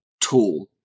tool